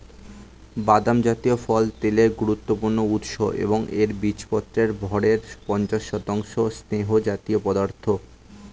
বাদাম জাতীয় ফল তেলের গুরুত্বপূর্ণ উৎস এবং এর বীজপত্রের ভরের পঞ্চাশ শতাংশ স্নেহজাতীয় পদার্থ